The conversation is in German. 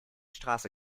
straße